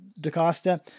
DaCosta